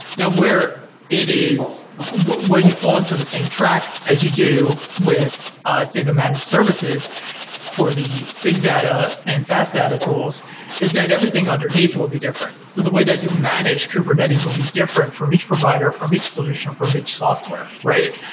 now where it is where you fall into the same track as you do with say the managed services for the big data and fast data tools is that everything underneath will be different. so the way that you manage kubernetes will be different from each provider, from each solution, from each software. right?